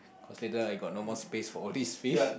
cause later I got no more space for all these fish